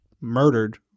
murdered